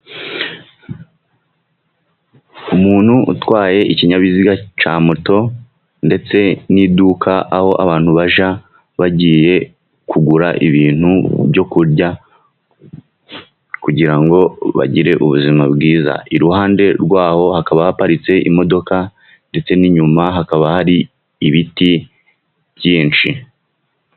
Umuntu utwaye ikinyabiziga cya moto, ndetse n'iduka, aho abantu bajya bagiye kugura ibintu byo kurya, kugira ngo bagire ubuzima bwiza, iruhande rwaho hakaba haparitse imodoka, ndetse n'inyuma hakaba hari ibiti byinshi.